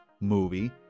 movie